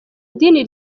dini